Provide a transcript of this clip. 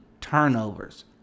turnovers